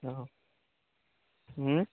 हां